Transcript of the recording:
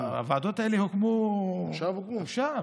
הוועדות האלה הוקמו עכשיו.